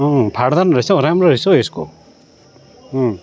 अँ फाट्दैन रहेछ हौ राम्रो रहेछ हौ यसको अँ